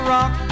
Rock